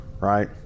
right